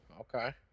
Okay